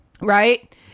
right